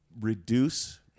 reduce